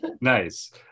Nice